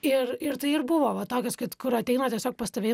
ir ir tai ir buvo va tokios kad kur ateina tiesiog pas tave